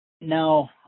now